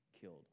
killed